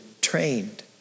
trained